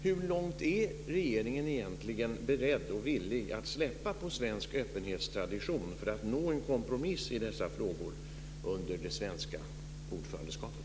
Hur långt är regeringen beredd och villig att släppa på svensk öppenhetstradition för att nå en kompromiss i dessa frågor under det svenska ordförandeskapet?